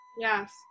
Yes